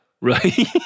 Right